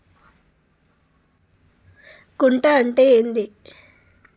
గుంట అంటే ఏంది?